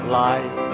life